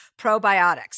probiotics